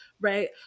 right